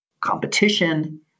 competition